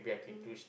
mm